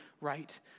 right